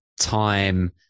time